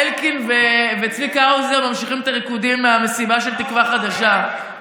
אלקין וצביקה האוזר ממשיכים את הריקודים מהמסיבה של תקווה חדשה.